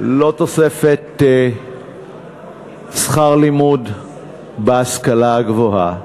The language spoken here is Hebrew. לא תוספת שכר לימוד בהשכלה הגבוהה,